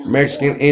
Mexican